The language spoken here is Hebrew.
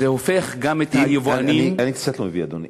אני קצת לא מבין, אדוני.